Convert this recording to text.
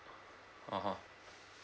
(uh huh)